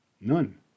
None